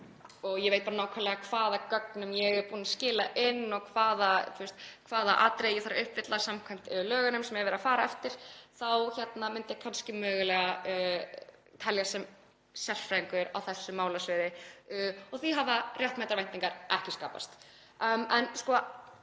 og ég veit nákvæmlega hvaða gögnum ég er búin að skila inn og hvaða atriði þarf að uppfylla samkvæmt lögunum sem verið er að fara eftir. Þá myndi ég mögulega teljast sem sérfræðingur á þessu málasviði og því hafa réttmætar væntingar ekki skapast.